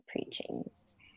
preachings